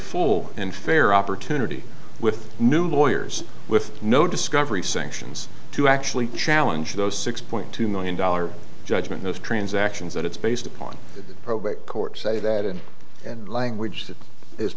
full and fair opportunity with new lawyers with no discovery sanctions to actually challenge those six point two million dollars judgment those transactions that it's based upon the probate court say that in and language that